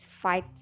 fight